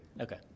Okay